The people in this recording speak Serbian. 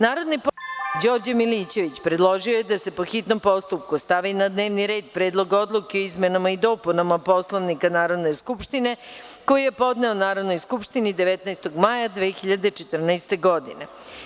Narodni poslanik Đorđe Milićević, predložio je da se po hitnom postupku stavi na dnevni red Predlog odluke o izmenama i dopunama Poslovnika Narodne skupštine koji je podneo Narodnoj skupštini 19. maja 2014. godine.